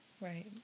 Right